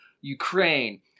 Ukraine